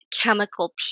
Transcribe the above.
chemical